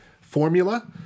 formula